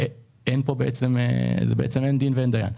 אין דין ואין דיין.